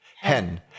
hen